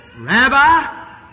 Rabbi